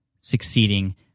succeeding